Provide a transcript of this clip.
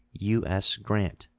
u s. grant.